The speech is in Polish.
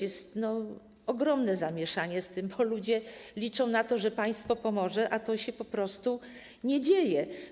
Jest z tym ogromne zamieszanie, bo ludzie liczą na to, że państwo pomoże, a to się po prostu nie dzieje.